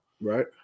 right